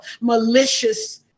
malicious